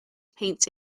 paints